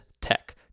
Tech